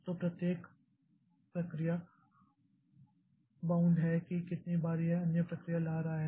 तो प्रत्येक प्रक्रिया पर इसलिए बाउंड है की कितनी बार यह अन्य प्रक्रिया ला रहा है